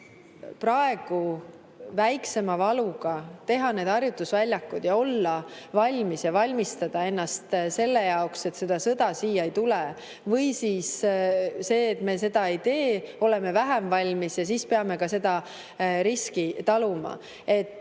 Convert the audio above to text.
võimalik väiksema valuga teha need harjutusväljad ja olla valmis ja valmistada end ette, et seda sõda siia ei tuleks, või siis see, et me seda ei tee, oleme vähem valmis ja siis peame ka seda riski taluma. No